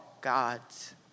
gods